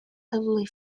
heavily